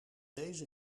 deze